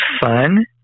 fun